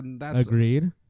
Agreed